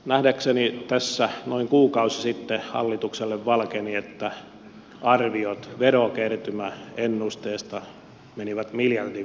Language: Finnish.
nähdäkseni tässä noin kuukausi sitten hallitukselle valkeni että arviot verokertymäennusteesta menivät miljardin verran metsään